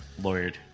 Lawyered